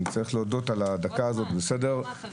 אני צריך להודות על הדקה הזאת, בסדר.